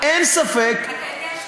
אתה יודע שהוא נפטר?